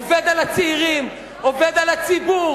עובד על הצעירים, עובד על הציבור,